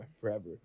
forever